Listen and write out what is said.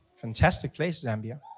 fantastic place zambia.